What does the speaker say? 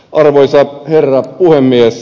arvoisa herra puhemies